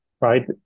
right